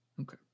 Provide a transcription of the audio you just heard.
okay